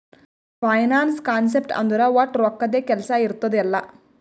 finance concept ಅಂದುರ್ ವಟ್ ರೊಕ್ಕದ್ದೇ ಕೆಲ್ಸಾ ಇರ್ತುದ್ ಎಲ್ಲಾ